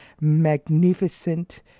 magnificent